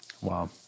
Wow